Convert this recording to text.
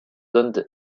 donnent